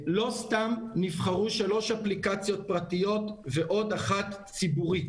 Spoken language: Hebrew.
לא סתם נבחרו שלוש אפליקציות פרטיות ועוד אחת ציבורית.